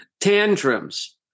Tantrums